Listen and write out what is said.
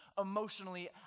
emotionally